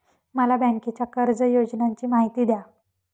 मला बँकेच्या कर्ज योजनांची माहिती द्या